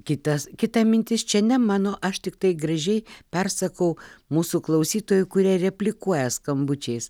kitas kita mintis čia ne mano aš tiktai gražiai persakau mūsų klausytojų kurie replikuoja skambučiais